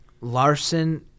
Larson